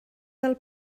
del